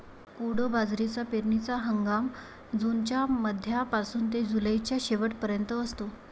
कोडो बाजरीचा पेरणीचा हंगाम जूनच्या मध्यापासून ते जुलैच्या शेवट पर्यंत असतो